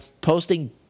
posting